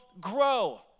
grow